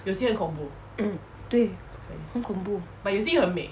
mm 对很恐怖